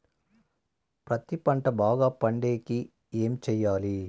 పత్తి పంట బాగా పండే కి ఏమి చెయ్యాలి?